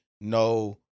no